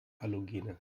halogene